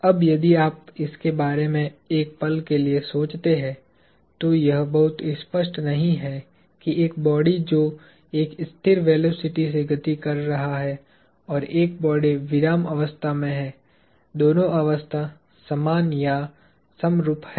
अब यदि आप इसके बारे में एक पल के लिए सोचते हैं तो यह बहुत स्पष्ट नहीं है कि एक बॉडी जो एक स्थिर वेलोसिटी से गति कर रहा है और एक बॉडी विरामावस्था में हैं दोनों अवस्था समान या समरूप है